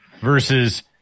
versus